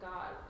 God